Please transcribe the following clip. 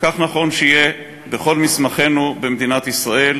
וכך נכון שיהיה בכל מסמכינו במדינת ישראל